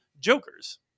Jokers